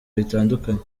bitandukanye